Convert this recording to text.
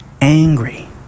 angry